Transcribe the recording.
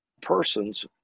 persons